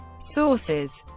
sources